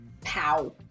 pow